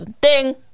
Ding